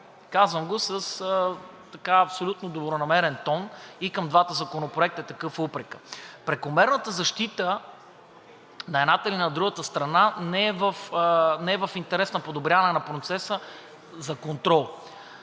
Казвам го с абсолютно добронамерен тон и към двата законопроекта, такъв е упрекът. Прекомерната защита на едната или на другата страна не е в интерес на подобряване на процеса за контрол.